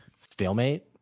stalemate